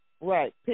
Right